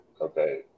Okay